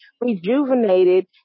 rejuvenated